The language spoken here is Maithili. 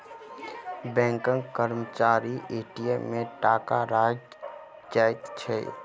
बैंकक कर्मचारी ए.टी.एम मे टाका राइख जाइत छै